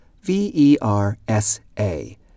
V-E-R-S-A